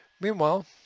Meanwhile